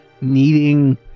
needing